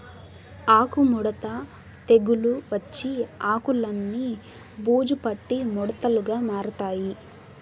ఆకు ముడత తెగులు వచ్చి ఆకులన్ని బూజు పట్టి ముడతలుగా మారతాయి